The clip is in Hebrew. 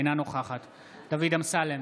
אינה נוכחת דוד אמסלם,